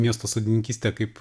miesto sodininkystė kaip